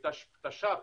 בתש"פ,